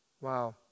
Wow